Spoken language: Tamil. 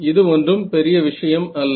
இது ஒன்றும் பெரிய விஷயம் இல்லை